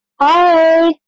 Hi